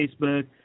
Facebook